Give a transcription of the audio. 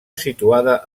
situada